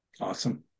Awesome